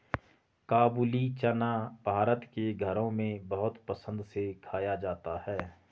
काबूली चना भारत के घरों में बहुत पसंद से खाया जाता है